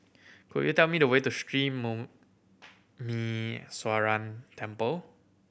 could you tell me the way to Sri Muneeswaran Temple